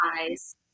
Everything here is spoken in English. eyes